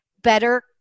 better